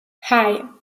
hei